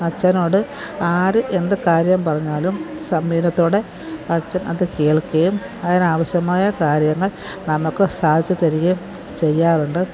അച്ചനോട് ആര് എന്ത് കാര്യം പറഞ്ഞാലും സംയമനത്തോടെ അച്ചൻ അത് കേൾക്കുകയും അതിനാവശ്യമായ കാര്യങ്ങൾ നമുക്ക് സാധിച്ചു തരികയും ചെയ്യാറുണ്ട്